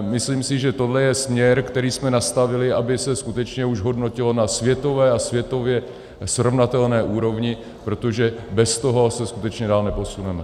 myslím si, že tohle je směr, který jsme nastavili, aby se skutečně už hodnotilo na světové a světově srovnatelné úrovni, protože bez toho se skutečně dál neposuneme.